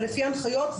ולפי ההנחיות,